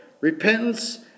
Repentance